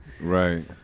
Right